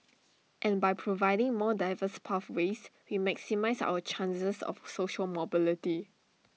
and by providing more diverse pathways we maximise our chances of social mobility